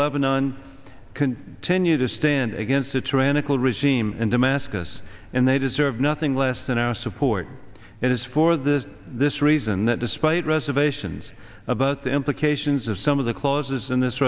lebanon can tenure to stand against a tyrannical regime in damascus and they deserve nothing less than our support it is for this this reason that despite reservations about the implications of some of the clauses in this